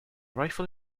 rifle